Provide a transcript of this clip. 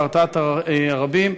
בהרתעת הרבים,